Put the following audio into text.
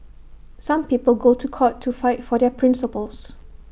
some people go to court to fight for their principles